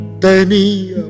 Tenía